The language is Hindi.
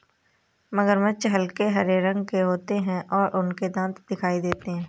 मगरमच्छ हल्के हरे रंग के होते हैं और उनके दांत दिखाई देते हैं